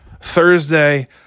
Thursday